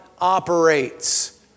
operates